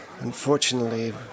Unfortunately